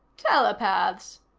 telepaths,